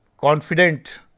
confident